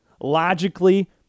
logically